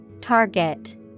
Target